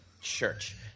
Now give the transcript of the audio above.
Church